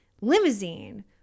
limousine